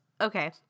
okay